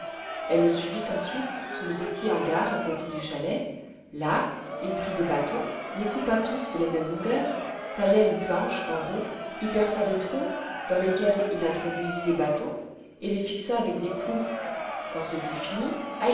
elle le suivit ensuite sous le petit hangar à côté du chalet là il prit des bâtons les coupa tous de la même longueur tailla une planche en rond y perça des trous dans lesquels il introduisit les bâtons et les fixa avec des clous quand ce fut fini